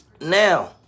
Now